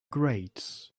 grades